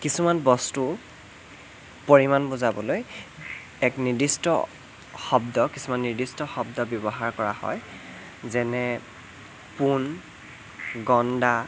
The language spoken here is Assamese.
কিছুমান বস্তু পৰিমাণ বুজাবলৈ এক নিৰ্দিষ্ট শব্দক কিছুমান নিৰ্দিষ্ট শব্দ ব্য়ৱহাৰ কৰা হয় যেনে পোণ গণ্ডা